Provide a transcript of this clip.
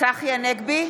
צחי הנגבי,